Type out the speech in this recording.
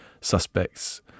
suspects